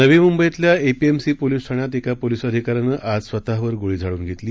नवी मुंबईतल्या APMC police ठाण्यात पोलीस निरीक्षकानं आज स्वतः वर गोळी झाडून घेतली